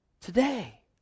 Today